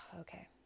okay